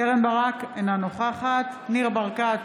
קרן ברק, אינה נוכחת ניר ברקת,